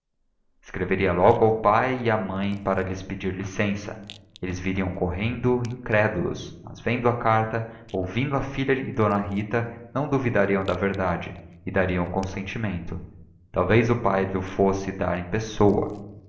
escreveria logo ao pai e à mãe para lhes pedir licença eles viriam correndo incrédulos mas vendo a carta ouvindo a filha e d rita não duvidariam da verdade e dariam o consentimento talvez o pai lho fosse dar em pessoa